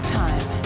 time